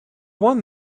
one